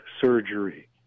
surgery